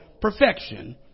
perfection